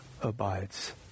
abides